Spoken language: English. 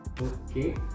Okay